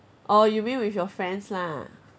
orh you mean with your friends lah